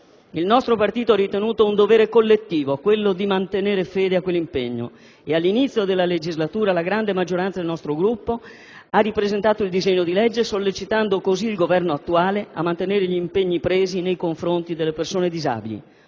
Il nostro partito ha ritenuto un dovere collettivo quello di mantenere fede a quell'impegno e all'inizio della legislatura la grande maggioranza del nostro Gruppo ha ripresentato il disegno di legge sollecitando così il Governo attuale a mantenere gli impegni presi nei confronti delle persone disabili.